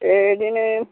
बिदिनो